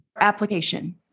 application